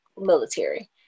military